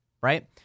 Right